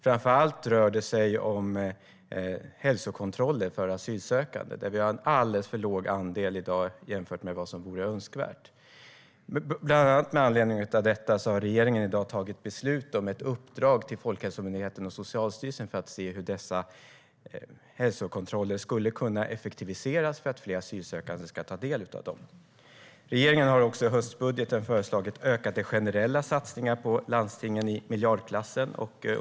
Framför allt rör det sig om hälsokontroller för asylsökande, där andelen i dag är alldeles för låg i förhållande till vad som vore önskvärt. Bland annat med anledning av detta har regeringen i dag tagit beslut om ett uppdrag till Folkhälsomyndigheten och Socialstyrelsen för att se hur dessa hälsokontroller skulle kunna effektiviseras, för att fler asylsökande skulle kunna ta del av dem. Regeringen har också i höstbudgeten föreslagit ökade generella satsningar i miljardklassen på landstingen.